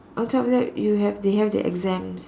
on top of that you have to have the exam